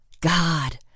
God